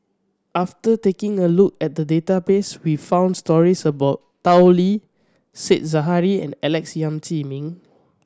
after taking a look at the database we found stories about Tao Li Said Zahari and Alex Yam Ziming